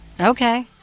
Okay